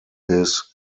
his